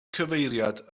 cyfeiriad